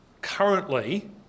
currently